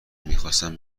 میخواستم